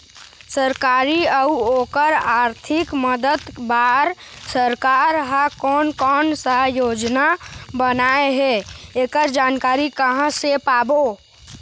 सरकारी अउ ओकर आरथिक मदद बार सरकार हा कोन कौन सा योजना बनाए हे ऐकर जानकारी कहां से पाबो?